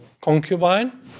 concubine